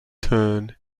turn